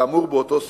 כאמור באותו סעיף,